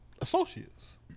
associates